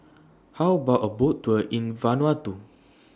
How about A Boat Tour in Vanuatu